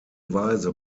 weise